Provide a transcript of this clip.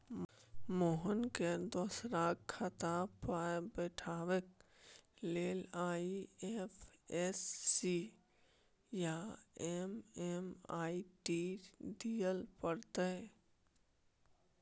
मोहनकेँ दोसराक खातामे पाय पठेबाक लेल आई.एफ.एस.सी आ एम.एम.आई.डी दिअ पड़तै